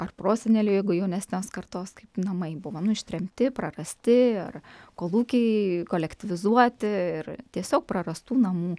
ar prosenelių jeigu jaunesnės kartos kaip namai buvo nu ištremti prarasti ar kolūkiai kolektyvizuoti ir tiesiog prarastų namų